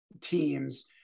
teams